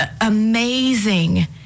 amazing